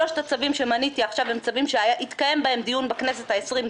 שלושת הצווים שמניתי עכשיו הם צווים שהתקיים בהם דיון בכנסת ה-2020,